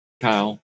Kyle